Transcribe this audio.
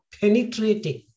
penetrating